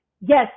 yes